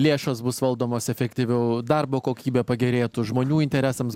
lėšos bus valdomos efektyviau darbo kokybė pagerėtų žmonių interesams